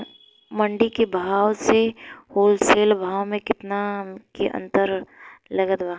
मंडी के भाव से होलसेल भाव मे केतना के अंतर चलत बा?